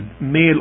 male